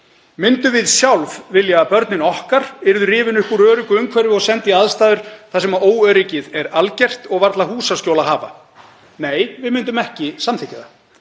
Myndum við sjálf vilja að börnin okkar yrðu rifin upp úr öruggu umhverfi og send í aðstæður þar sem óöryggið er algert og varla húsaskjól að hafa? Nei, við myndum ekki samþykkja það.